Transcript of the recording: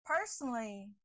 Personally